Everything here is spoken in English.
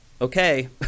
okay